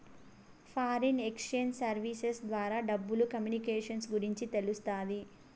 foreign exchange services ద్వారా డబ్బులు communications గురించి తెలుస్తాది